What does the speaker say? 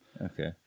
Okay